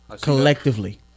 Collectively